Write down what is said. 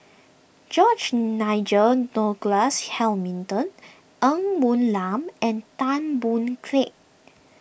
George Nigel Douglas Hamilton Ng Woon Lam and Tan Boon Teik